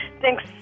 Thanks